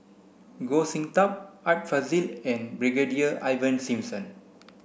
Goh Sin Tub Art Fazil and Brigadier Ivan Simson